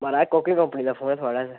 महाराज कोह्की कंपनी दा फोन ऐ थोआढ़े'श